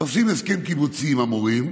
עושים הסכם קיבוצי עם המורים,